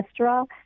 cholesterol